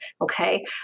okay